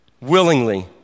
willingly